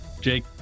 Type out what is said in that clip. Jake